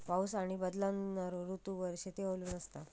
पाऊस आणि बदलणारो ऋतूंवर शेती अवलंबून असता